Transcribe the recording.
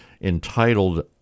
entitled